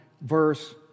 verse